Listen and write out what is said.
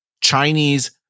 Chinese